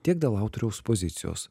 tiek dėl autoriaus pozicijos